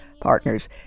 partners